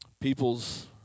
People's